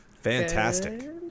Fantastic